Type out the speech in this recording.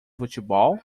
futebol